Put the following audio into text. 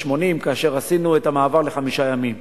ה-80 כאשר עשינו את המעבר לחמישה ימים,